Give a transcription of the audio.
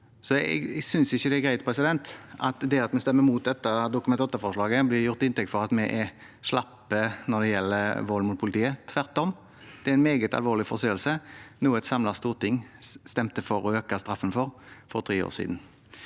Jeg synes ikke det er greit at det at vi stemmer mot dette Dokument 8-forslaget, blir tatt til inntekt for at vi er slappe når det gjelder vold mot politiet. Tvert om, det er en meget alvorlig forseelse og noe et samlet storting for tre år siden stemte for å øke straffen for. Når det